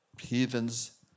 heathens